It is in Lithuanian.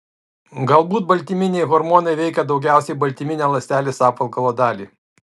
galbūt baltyminiai hormonai veikia daugiausiai baltyminę ląstelės apvalkalo dalį